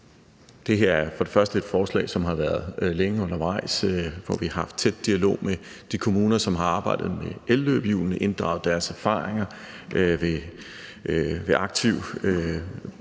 Det her er for det første et forslag, som har været længe undervejs, og hvor vi har haft en tæt dialog med de kommuner, som har arbejdet med elløbehjulene. Vi har inddraget deres erfaringer ved aktiv